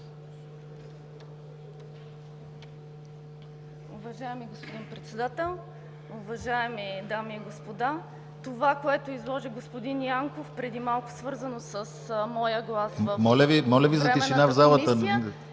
Моля Ви за тишина в залата.